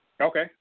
Okay